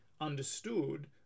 understood